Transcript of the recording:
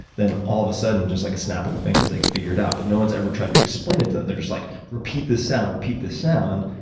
then all of a sudden, just like a snap of the fingers, they can figure it out. but no one's ever tried to explain it to them. they're just like, repeat this sound, repeat this sound.